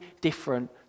different